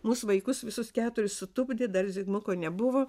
mus vaikus visus keturis sutupdė dar zigmuko nebuvo